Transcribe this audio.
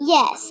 Yes